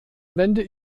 wende